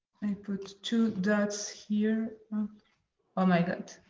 put two dots here oh my god.